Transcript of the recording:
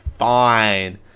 Fine